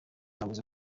nabuze